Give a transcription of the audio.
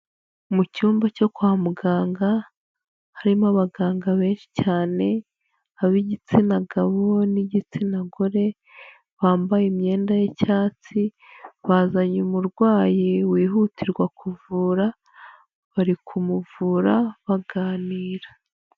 Mu cyumba cyo kwa muganga harimo abaganga benshi cyane, ab'igitsina gabo n'igitsina gore bambaye imyenda y'icyatsi, bazanye umurwayi wihutirwa kuvura, bari kumuvura baganira.